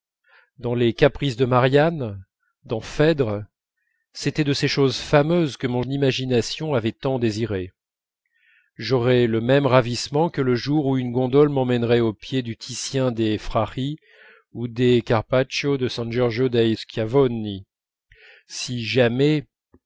dans les caprices de marianne dans phèdre c'était de ces choses fameuses que mon imagination avait tant désirées j'aurais le même ravissement que le jour où une gondole m'emmènerait au pied du titien des frari ou des carpaccio de san giorgio dei schiavoni si jamais